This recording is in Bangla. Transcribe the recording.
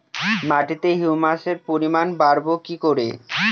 মাটিতে হিউমাসের পরিমাণ বারবো কি করে?